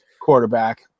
quarterback